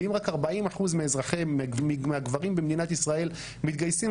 ואם רק 40% מהגברים במדינת ישראל מתגייסים,